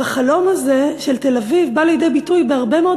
החלום הזה של תל-אביב בא לידי ביטוי בהרבה מאוד